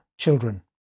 children